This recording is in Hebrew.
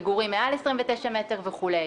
מגורים מעל 29 מטר וכדומה.